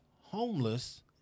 homeless